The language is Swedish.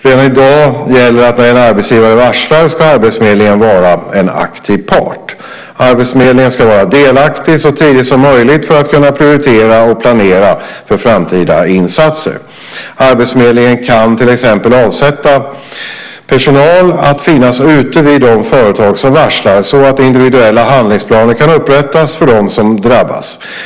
Redan i dag gäller att när en arbetsgivare varslar ska arbetsförmedlingen vara en aktiv part. Arbetsförmedlingen ska vara delaktig så tidigt som möjligt för att kunna prioritera och planera för framtida insatser. Arbetsförmedlingen kan till exempel avsätta personal att finnas ute vid det företag som varslar, så att till exempel individuella handlingsplaner kan upprättas för dem som drabbas.